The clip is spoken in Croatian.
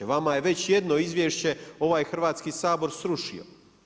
Vama je već jedno izvješće ovaj Hrvatski sabor srušio.